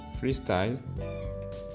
Freestyle